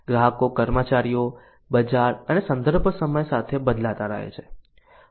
ગ્રાહકો કર્મચારીઓ બજાર અને સંદર્ભ સમય સાથે બદલાતા રહે છે